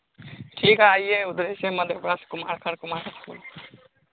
ठीक है आइए उधर ही से मधेपुरा से कुमारखंड कुमारखंड